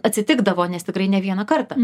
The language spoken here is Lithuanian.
atsitikdavo nes tikrai ne vieną kartą